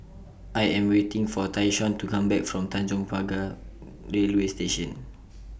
I Am waiting For Tyshawn to Come Back from Tanjong Pagar Railway Station